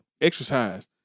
Exercise